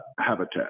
habitat